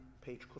page